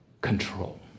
control